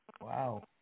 Wow